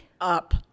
up